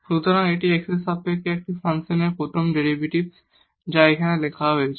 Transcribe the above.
সুতরাং এটি x এর সাপেক্ষে এই ফাংশনের প্রথম ডেরিভেটিভ যা এখানে লেখা হয়েছে